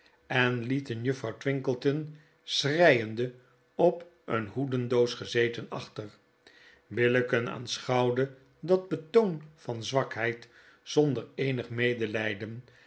en lieten juffrouwtwinkleton schreiende op een hoedendoos gezeten achter billicken aanschouwde dat betoon van zwakheid zonder eenig medelijden